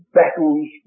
battles